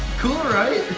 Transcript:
cool, right?